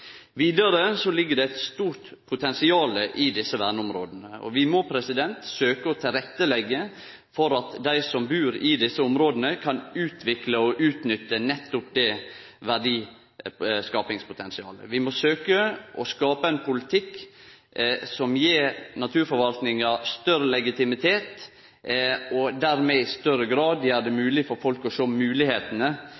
Vidare ligg det eit stort potensial i desse verneområda, og vi må søkje å leggje til rette for at dei som bur i desse områda, kan utvikle og utnytte nettopp det verdiskapingspotensialet. Vi må søkje å skape ein politikk som gjev naturforvaltinga større legitimitet, og som dermed i større grad gjer det